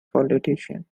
politician